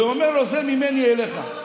ואומר לו: זה ממני אליך.